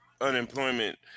unemployment